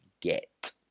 get